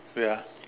wait ah